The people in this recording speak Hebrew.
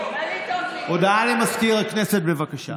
הודעה למזכיר הכנסת, בבקשה.